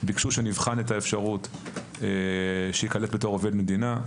ביקשו שנבחן את האפשרות שייקלט כעובד מדינה.